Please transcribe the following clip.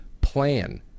plan